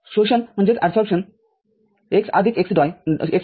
शोषण x x